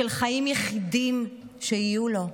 של חיים יחידים שיהיו לו.